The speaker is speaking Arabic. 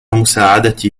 مساعدتي